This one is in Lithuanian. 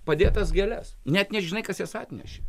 padėtas gėles net nežinai kas jas atnešė